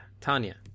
Tanya